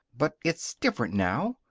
but it's different now.